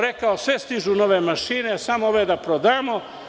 Rekao im je – sve stižu nove mašine, samo ove da prodamo.